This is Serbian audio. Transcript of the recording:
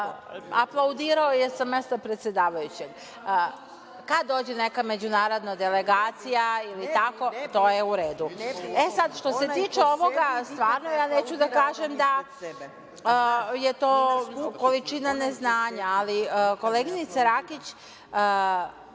stvarno je malo i degutantno. Kada dođe neka međunarodna delegacija ili tako, to je u redu. Sad, što se tiče ovoga, stvarno neću da kažem da je to količina neznanja, ali koleginice Rakić